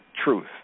truth